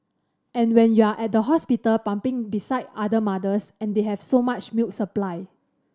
and when you're at the hospital pumping beside other mothers and they have so much milk supply